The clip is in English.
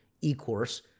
e-course